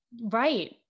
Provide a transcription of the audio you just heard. Right